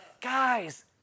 Guys